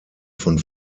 von